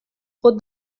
خود